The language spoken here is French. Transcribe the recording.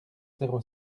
zéro